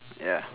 ya